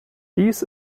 dies